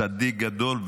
צדיק גדול,